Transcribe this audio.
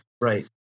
Right